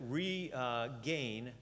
regain